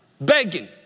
begging